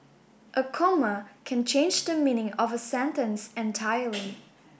a comma can change the meaning of a sentence entirely